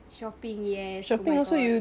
shopping yes oh my god